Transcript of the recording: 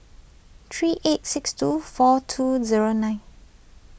three eight six two four two zero nine